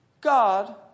God